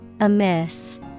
Amiss